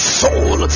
soul